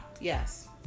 Yes